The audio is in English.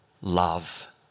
love